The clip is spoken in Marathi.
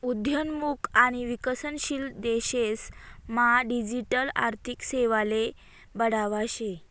उद्योन्मुख आणि विकसनशील देशेस मा डिजिटल आर्थिक सेवाले बढावा शे